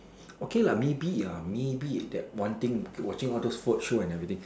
okay lah maybe uh maybe that one think if you watching all those food show and everything